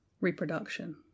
reproduction